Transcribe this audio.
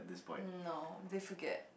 um no they should get